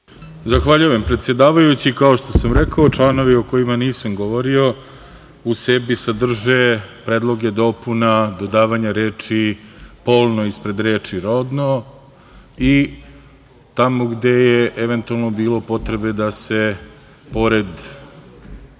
Zahvaljujem predsedavajući. Kao što sam rekao članovi o kojima nisam govorio u sebi sadrže predloge dopuna, dodavanja reči - polno ispred reči - rodno i tamo gde je eventualno bilo potrebe da se pored